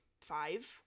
five